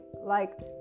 liked